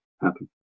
happen